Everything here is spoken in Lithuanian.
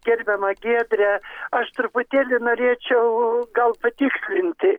gerbiama giedre aš truputėlį norėčiau gal patikslinti